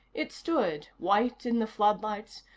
it stood, white in the floodlights,